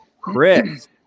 Chris